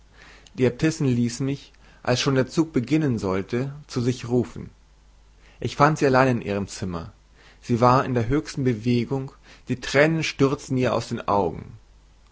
die äbtissin ließ mich als schon der zug beginnen sollte zu sich rufen ich fand sie allein in ihrem zimmer sie war in der höchsten bewegung die tränen stürzten ihr aus den augen